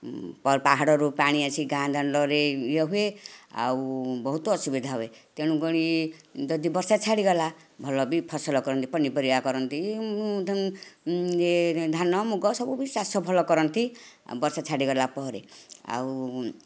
ପାହାଡ଼ରୁ ପାଣି ଆସିକି ଗାଁ ଦାଣ୍ଡରେ ଇଏ ହୁଏ ଆଉ ବହୁତ ଅସୁବିଧା ହୁଏ ତେଣୁ ପୁଣି ଯଦି ବର୍ଷା ଛାଡ଼ିଗଲା ଭଲ ବି ଫସଲ କରନ୍ତି ପନିପରିବା କରନ୍ତି ଧାନ ମୁଗ ସବୁ ବି ଚାଷ ଭଲ କରନ୍ତି ବର୍ଷା ଛାଡ଼ିଗଲା ପରେ ଆଉ